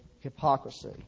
hypocrisy